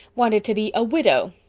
wanted to be a widow.